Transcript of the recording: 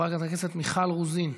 חברת הכנסת מיכל רוזין,